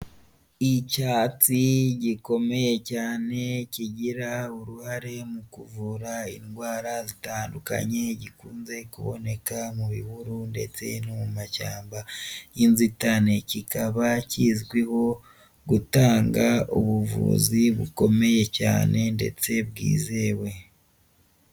Icyatsi gikomeye cyane kigira uruhare mu kuvura indwara zitandukanye gikunze kuboneka mu bihuru ndetse no mu mashyamba y'inzitane, kikaba kizwiho gutanga ubuvuzi bukomeye cyane ndetse bwizewe.